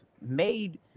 made